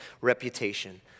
reputation